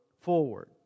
forward